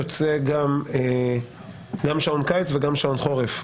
יוצא גם שעון קיץ וגם שעון חורף,